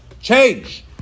change